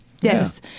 yes